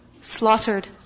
slaughtered